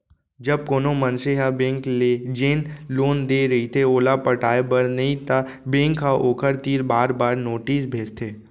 जब कोनो मनसे ह बेंक ले जेन लोन ले रहिथे ओला पटावय नइ त बेंक ह ओखर तीर बार बार नोटिस भेजथे